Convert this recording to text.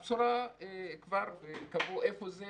כבר קבעו איפה זה